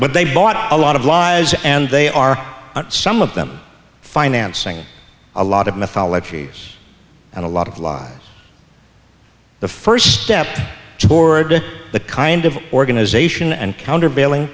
but they bought a lot of lies and they are some of them financing a lot of mythology and a lot of lies the first step toward the kind of organization and countervailing